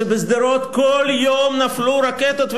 שבשדרות כל יום נפלו רקטות,